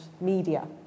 media